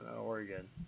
Oregon